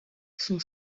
son